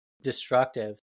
Destructive